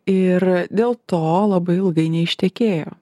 ir dėl to labai ilgai neištekėjo